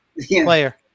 Player